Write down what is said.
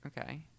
Okay